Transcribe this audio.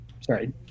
sorry